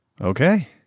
Okay